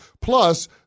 Plus